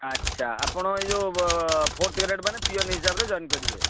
ଆଚ୍ଛା ଆପଣ ଏଇ ଯେଉଁ ଫୋର୍ଥ୍ ଗ୍ରେଡ଼୍ ମାନେ ପିଅନ ହିସାବରେ ଜଏନ କରିବେ